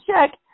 check